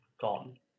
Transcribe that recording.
gone